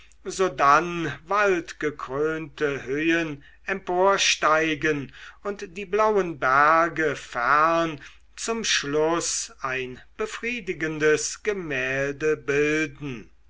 sodann waldgekrönte höhen emporsteigen und die blauen berge zum schluß ein befriedigendes gemälde bilden